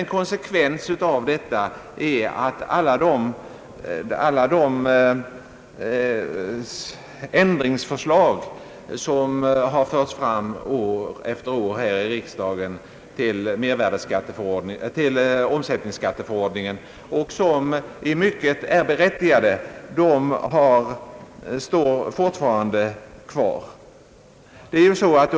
En konsekvens av detta är att alla de ändringsförslag som har förts fram år efter år här i riksdagen till omsätt ningsskatteförordningen, och som är berättigade, fortfarande står kvar.